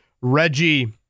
Reggie